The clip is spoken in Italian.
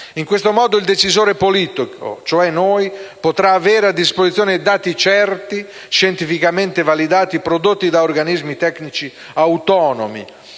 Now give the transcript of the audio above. In questo modo il decisore politico - cioè noi - potrà avere a disposizione dati certi, scientificamente validati, prodotti da organismi tecnici autonomi,